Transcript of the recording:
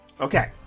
Okay